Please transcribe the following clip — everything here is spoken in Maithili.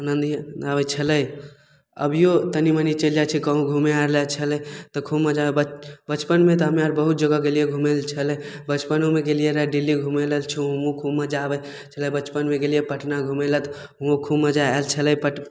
आनन्दी आबय छलै अभियो तनीमनी चलि जाइ छियै कहुँ घूमे आर लए छलै तऽ खूब मजा तऽ बच बचपनमे तऽ हम्मे आर बहुत जगह गेलियै जे घुमय लए छलै बचपनोमे गेलियै रऽ दिल्ली घुमय लए घू घूमऽ आबय बचपनमे गेलियै पटना घुमय लए तऽ हुओं खूब मजा आयल छलै